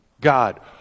God